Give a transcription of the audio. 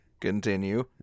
Continue